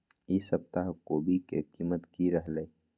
ई सप्ताह कोवी के कीमत की रहलै?